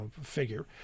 figure